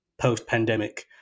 post-pandemic